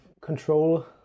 control